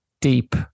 deep